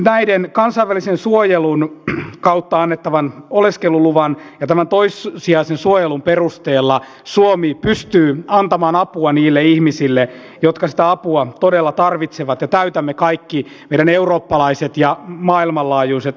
näiden kansainvälisen suojelun kautta annettavan oleskeluluvan ja tämän toissijaisen suojelun perusteella suomi pystyy antamaan apua niille ihmisille jotka sitä apua todella tarvitsevat ja täytämme kaikki meidän eurooppalaiset ja maailmanlaajuiset velvoitteemme